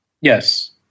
Yes